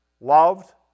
loved